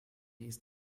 east